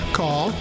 call